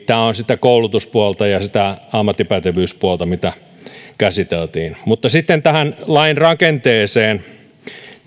tämä on sitä koulutuspuolta ja ammattipätevyyspuolta mitä käsiteltiin mutta sitten tähän lain rakenteeseen